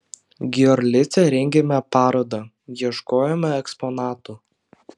giorlice rengėme parodą ieškojome eksponatų